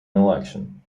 election